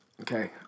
Okay